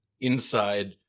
inside